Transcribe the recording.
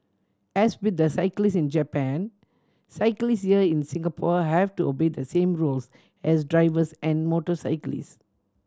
as with the cyclist in Japan cyclist here in Singapore have to obey the same rules as drivers and motorcyclists